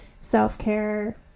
Self-care